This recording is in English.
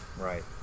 right